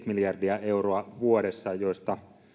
miljardia euroa vuodessa joista